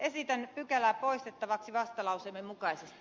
esitän pykälää poistettavaksi vastalauseemme mukaisesti